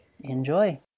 enjoy